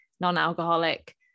non-alcoholic